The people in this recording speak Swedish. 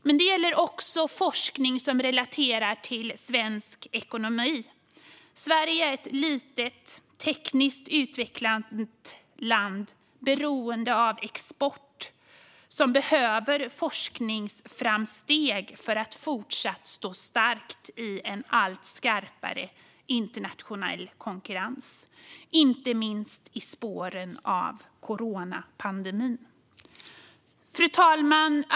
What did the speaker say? Men det gäller också forskning som relaterar till svensk ekonomi. Sverige är ett litet, tekniskt utvecklat land beroende av export som behöver forskningsframsteg för att fortsatt stå starkt i en allt skarpare internationell konkurrens, inte minst i spåren av coronapandemin. Fru talman!